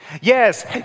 Yes